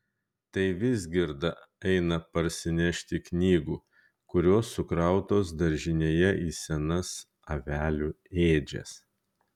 tai vizgirda eina parsinešti knygų kurios sukrautos daržinėje į senas avelių ėdžias